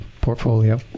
portfolio